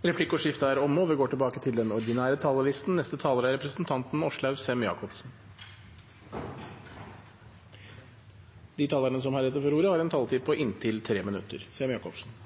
Replikkordskiftet er omme. De talere som heretter får ordet, har en taletid på inntil 3 minutter.